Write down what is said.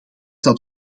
dat